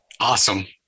awesome